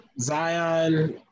Zion